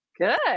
Good